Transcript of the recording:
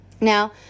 Now